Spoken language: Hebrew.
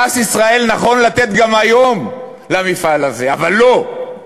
פרס ישראל נכון לתת גם היום למפעל הזה, אבל לא,